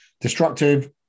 destructive